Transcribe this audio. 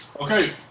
Okay